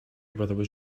where